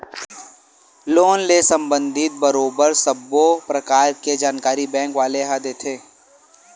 loan ले संबंधित बरोबर सब्बो परकार के जानकारी बेंक वाले ह देथे